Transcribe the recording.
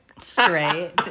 straight